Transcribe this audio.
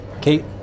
Kate